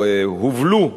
הובלו,